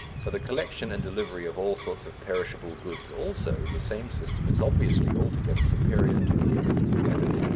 for the collection and delivery of all sorts of perishable goods also the same system is obviously altogether superior to the existing methods.